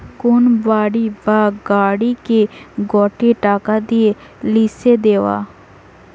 কোন বাড়ি বা গাড়িকে গটে টাকা নিয়ে লিসে দেওয়া